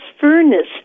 furnace